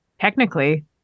Technically